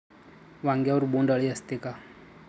वांग्यावर बोंडअळी असते का?